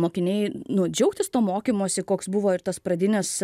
mokiniai nu džiaugtis tuo mokymosi koks buvo ir tas pradinis